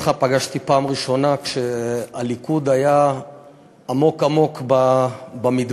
אותך פגשתי פעם ראשונה כשהליכוד היה עמוק עמוק במדבר,